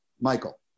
Michael